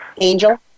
Angel